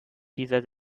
dieser